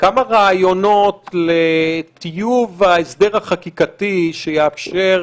כמה רעיונות לטיוב ההסדר החקיקתי שיאפשר